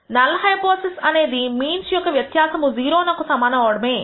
null hypothesis అనేది means యొక్క వ్యత్యాసము 0 నకు సమానమవ్వడమే